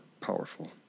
powerful